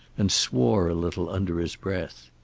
and swore a little, under his breath.